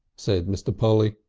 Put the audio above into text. said mr. polly.